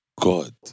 God